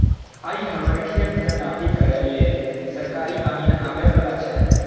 आइ हमर खेतक नापी करै लेल सरकारी अमीन आबै बला छै